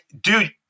dude